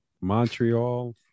Montreal